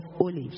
Olives